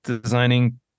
designing